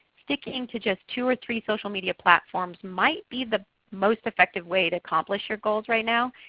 sticking to just two or three social media platforms might be the most effective way to accomplish your goals right now.